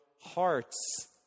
hearts